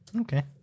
Okay